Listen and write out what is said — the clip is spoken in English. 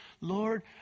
Lord